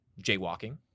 jaywalking